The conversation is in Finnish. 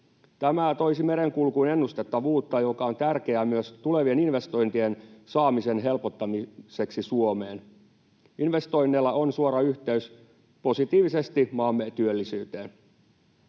Tämä toisi merenkulkuun ennustettavuutta, joka on tärkeää myös tulevien investointien saamisen helpottamiseksi Suomeen. Investoinneilla on suora yhteys positiivisesti maamme työllisyyteen.